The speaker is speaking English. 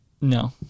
No